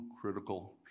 critical